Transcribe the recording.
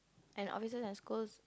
and offices and schools